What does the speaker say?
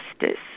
justice